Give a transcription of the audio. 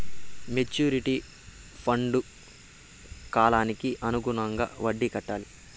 maturity ఫండ్కు కాలానికి అనుగుణంగా వడ్డీ కట్టాలి